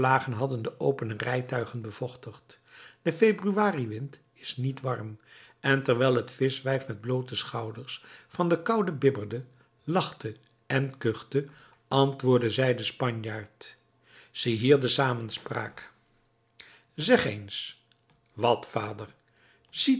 hadden het opene rijtuig bevochtigd de februariwind is niet warm en terwijl het vischwijf met bloote schouders van de koude bibberde lachte en kuchte antwoordde zij den spanjaard ziehier de samenspraak zeg eens wat vader